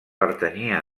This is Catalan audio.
pertanyia